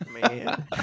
Man